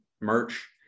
merch